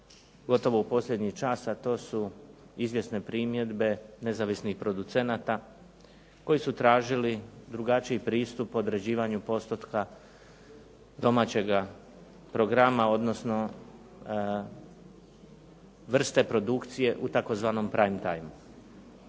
gotovo u posljednji čas a to su izvjesne primjedbe nezavisnih producenata koji su tražili drugačiji pristup određivanju postotka domaćega programa odnosno vrste produkcije u tzv. prime timeu.